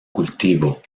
cultivo